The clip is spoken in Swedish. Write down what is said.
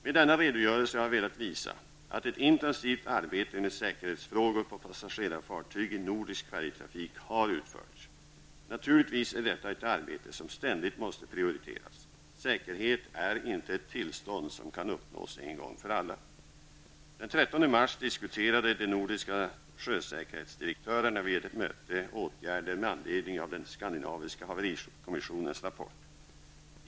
Med denna redogörelse har jag velat visa att ett intensivt arbete med säkerhetsfrågor på passagerarfartyg i nordisk färjetrafik har utförts. Naturligtvis är detta ett arbete som ständigt måste prioriteras; säkerhet är inte ett tillstånd som kan uppnås en gång för alla. Den 13 mars diskuterade de nordiska sjösäkerhetsdirektörerna vid ett möte åtgärder med anledning av den skandinaviska haverikommissionens rapport.